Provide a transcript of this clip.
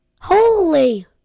Holy